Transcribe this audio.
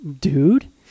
dude